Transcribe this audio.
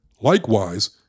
Likewise